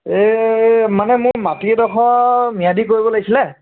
এই মানে মোৰ মাটি এডোখৰ ম্যাদি কৰিব লাগিছিলে